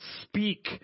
speak